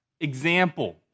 example